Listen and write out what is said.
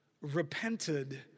repented